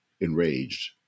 enraged